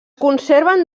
conserven